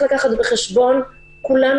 לתחלואה הכללית וששיעור העלייה הוא גדול מההיקף הכללי.